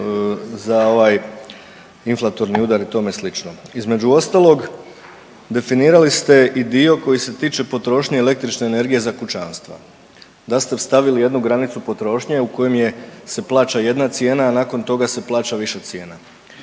za ovaj inflatorni udar i tome slično. Između ostalog definirali ste i dio koji se tiče potrošnje električne energije za kućanstva. Da ste stavili jednu granicu potrošnje u kojem se plaća jedna cijena, a nakon toga se plaća viša cijena.